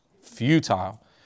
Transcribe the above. futile